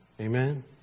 Amen